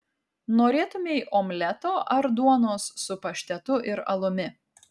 norėtumei omleto ar duonos su paštetu ir alumi